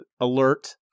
alert